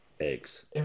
eggs